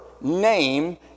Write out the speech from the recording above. name